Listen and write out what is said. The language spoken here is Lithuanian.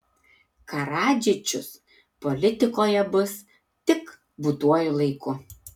karadžičius politikoje bus tik būtuoju laiku